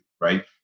right